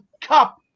Cup